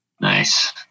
Nice